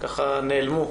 נעלמו.